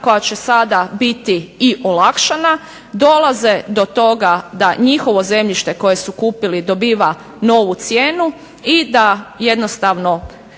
koja će sada biti i olakšana dolaze do toga da njihovo zemljište koje su kupili dobiva novu cijenu i da jednostavno